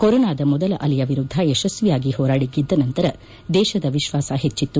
ಕೊರೊನಾದ ಮೊದಲ ಅಲೆಯ ವಿರುದ್ದ ಯಶಸ್ವಿಯಾಗಿ ಹೋರಾಡಿ ಗೆದ್ದ ನಂತರ ದೇಶದ ವಿಶ್ವಾಸ ಹೆಚ್ಚಿತ್ತು